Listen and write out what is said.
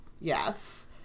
Yes